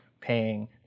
paying